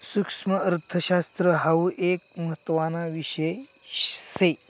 सुक्ष्मअर्थशास्त्र हाउ एक महत्त्वाना विषय शे